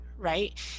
Right